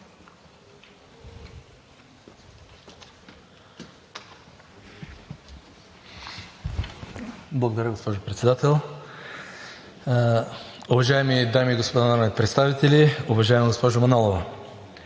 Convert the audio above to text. Благодаря, госпожо Председател. Уважаеми дами и господа народни представители! Уважаема госпожо Манолова,